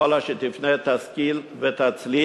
בכל אשר תפנה תשכיל ותצליח,